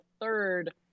third